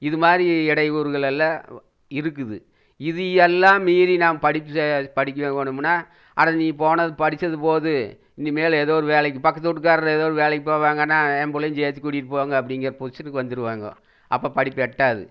இதுமாதிரி இடையூறுகளெல்லாம் இருக்குது இது எல்லாம் மீறி நான் படிப்பு படிக்க வைக்கணும்னா அட நீ போனது படித்தது போதும் இனிமேல் ஏதோ ஒரு வேலைக்கு பக்கத்து வீட்டுக்காரரு ஏதோ ஒரு வேலைக்கு போவாங்கன்னால் நான் என் பிள்ளையும் சேர்த்து கூட்டிட்டு போங்க அப்படிங்கிற பொசிஷனுக்கு வந்துடுவாங்க அப்போ படிப்பு எட்டாது